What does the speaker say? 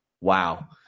Wow